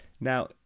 Now